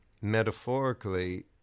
metaphorically